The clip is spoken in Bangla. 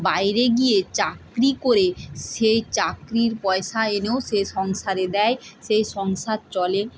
বাইরে গিয়ে চাকরি করে সেই চাকরির পয়সা এনেও সে সংসারে দেয় সেই সংসার চলে